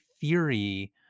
theory